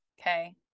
okay